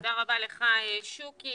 תודה רבה לך, שוקי.